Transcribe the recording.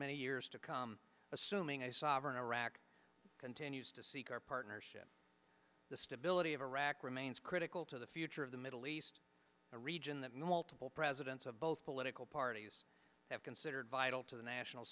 many years to come assuming a sovereign iraq continues to seek our partnership the stability of iraq remains critical to the future of the middle east a region that multiple presidents of both political parties have considered vital to the national